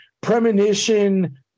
premonition